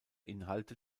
inhalte